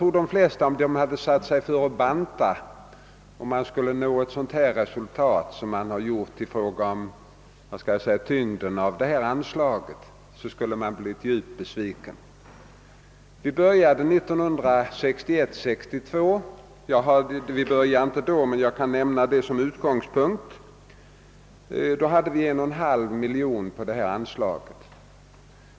Om de som föresatt sig att banta hade nått ett sådant resultat som man gjort i fråga om tyngden av detta anslag skulle de alldeles säkert ha blivit djupt besvikna. Som utgångspunkt kan jag nämna budgetåret 1961/62. Då uppgick anslaget till 1,5 miljon kronor.